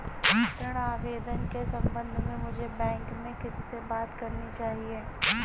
ऋण आवेदन के संबंध में मुझे बैंक में किससे बात करनी चाहिए?